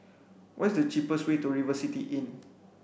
what is the cheapest way to River City Inn